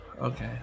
Okay